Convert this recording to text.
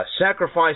sacrifice